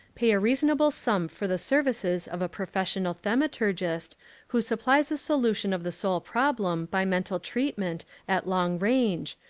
pay a reasonable sum for the services of a profes sional thaumaturgist who supplies a solution of the soul problem by mental treatment at long range,